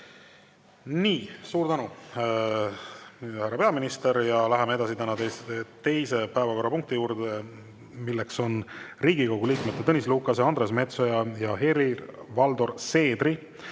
Suur tänu, härra peaminister! Läheme edasi tänase teise päevakorrapunkti juurde, milleks on Riigikogu liikmete Tõnis Lukase, Andres Metsoja ja Helir-Valdor Seedri